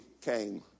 came